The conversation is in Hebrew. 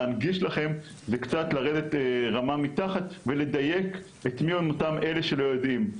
להנגיש לכם וקצת לרדת רמה מתחת ולדייק את מי הם אותם אלה שלא יודעים,